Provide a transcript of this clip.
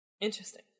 Interesting